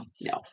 no